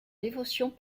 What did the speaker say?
dévotions